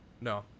No